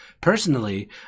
Personally